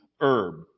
herb